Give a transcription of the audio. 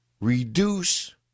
Reduce